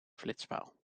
flitspaal